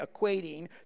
equating